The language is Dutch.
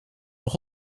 nog